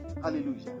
hallelujah